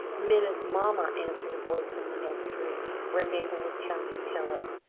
minna's mamma, answered a voice from the next room, where mabel was pounding pillows.